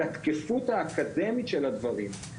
על התקפות האקדמית של הדברים,